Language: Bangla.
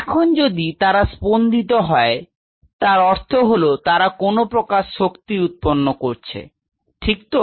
এখন যদি তারা স্পন্দিত হয় তার অর্থ হল তারা কোনও প্রকার শক্তি উৎপন্ন করছে ঠিক তো